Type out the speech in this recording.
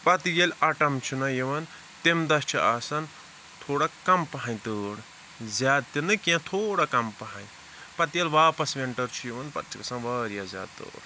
پَتہِ ییلہِ آٹَم چھُ نہَ یِوان تم دوہ چھُ آسان تھوڑا کَم پَہَم تۭر زیاد تِنہِ کینٛہہ تھوڑا کَم پَہَم پَتہِ ییلہِ واپَس وِنٹَر چھُ یِوان پَتہ چھِ آسان واریاہ زیادٕ تۭر